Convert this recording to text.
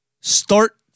Start